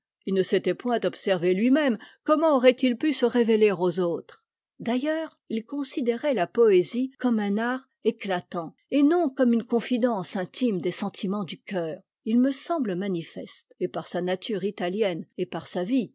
il ne s'était point observé lui-même comment aurait-il pu se révéler aux autres d'ailleurs il considérait la poésie comme un art éclatant et non comme une confidence intime des sentiments du cœur il me semble manifeste et par sa nature italienne et par sa vie